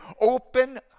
Open